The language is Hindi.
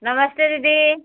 नमस्ते दीदी